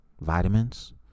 vitamins